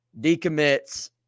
decommits